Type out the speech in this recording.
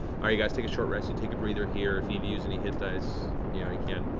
um you guys take a short rest, you take a breather here, if you need to use any hit dice, now you can.